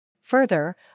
Further